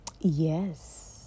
yes